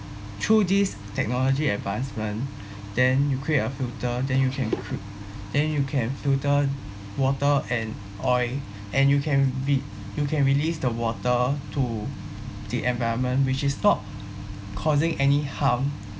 through this technology advancement then you create a filter then you can c~ then you can filter water and oil and you can be you can release the water to the environment which is not causing any harm